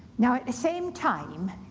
now at the same time,